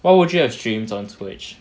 what would you stream on Twitch